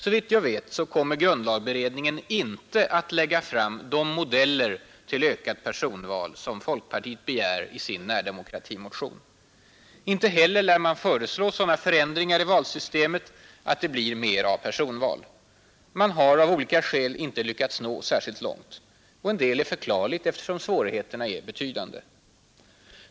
Såvitt jag vet kommer grundlagberedningen inte att lägga fram de modeller till ökat personval som folkpartiet begär i sin närdemokratimotion. Inte heller lär man föreslå sådana ändringar i valsystemet att det blir mer av personval. Man har — av olika skäl — inte lyckats nå särskilt långt. En del är förklarligt, eftersom svårigheterna är betydande.